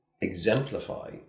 exemplify